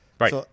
Right